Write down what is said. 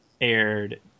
aired